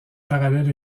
parallèle